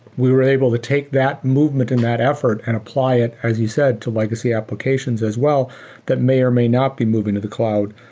we were able to take that movement and that effort and apply it, as you said, to legacy applications as well that may or may not be moving to the cloud.